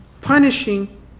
punishing